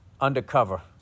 Undercover